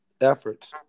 efforts